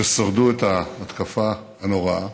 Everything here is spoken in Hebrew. ששרדו בהתקפה הנוראה